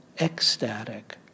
ecstatic